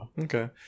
okay